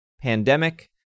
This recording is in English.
pandemic